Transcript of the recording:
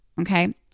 Okay